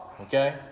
okay